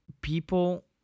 people